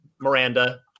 Miranda